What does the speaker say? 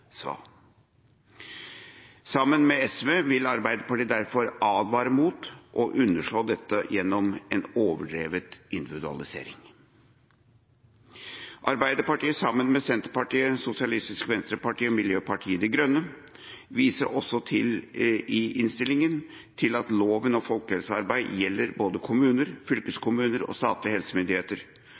Sammen med SV vil Arbeiderpartiet derfor advare mot å underslå dette gjennom en overdreven individualisering. Et flertall bestående av Arbeiderpartiet, Senterpartiet, Sosialistisk Venstreparti og Miljøpartiet De Grønne viser også i innstillinga til at lov om folkehelsearbeid gjelder både kommuner, fylkeskommuner og statlige helsemyndigheter,